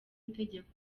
itegeko